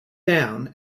down